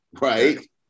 right